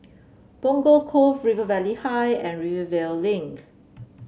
Punggol Cove River Valley High and Rivervale Link